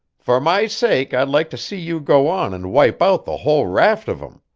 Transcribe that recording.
for my sake i'd like to see you go on and wipe out the whole raft of em.